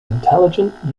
intelligent